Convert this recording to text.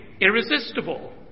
irresistible